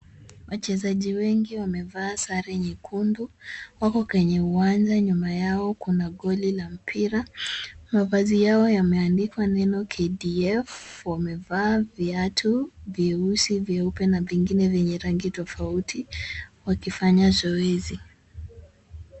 Wachezaji wengi wamevaa sare nyekundu. Wako kwenye uwanja, nyuma yao kuna goli la mpira. Mavazi yao yameandikwa neno KDF, wamevaa viatu vyeusi vyeupe na vingine vyenye rangi tofauti, wakifanya zoezi.